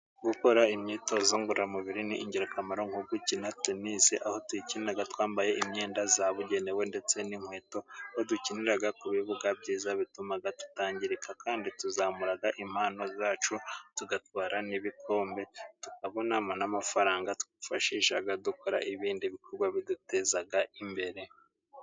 Gukora imyitozo ngororamubiri ni ingirakamaro, nko gukina Tenisi aho dukina twambaye imyenda yabugenewe ndetse n'inkweto, ubwo dukinira ku bibuga byiza bituma tutangirika kandi tuzamura impano zacu, tugatwara n'ibikombe, tukabonamo n'amafaranga twifashisha dukora ibindi bikorwa biduteza imbere.